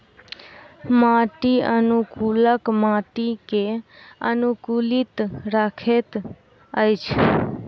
माटि अनुकूलक माटि के अनुकूलित रखैत अछि